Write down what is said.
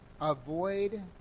avoid